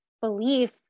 belief